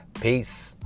peace